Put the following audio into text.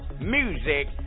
music